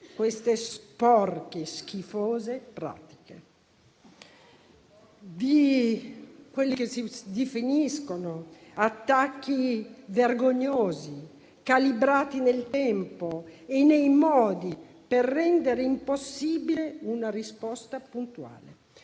queste sporche, schifose pratiche, contro quelli che si definiscono attacchi vergognosi, calibrati nel tempo e nei modi per rendere impossibile una risposta puntuale.